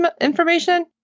information